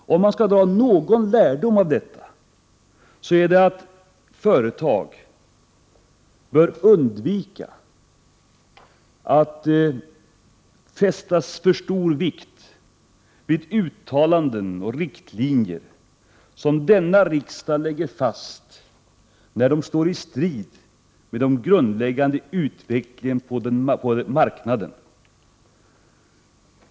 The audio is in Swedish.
Skall man dra någon lärdom av detta är det att företag bör undvika att fästa för stor vikt vid uttalanden från riksdagen och riktlinjer som riksdagen fastställer när dessa står i strid med den grundläggande utvecklingen på marknaden.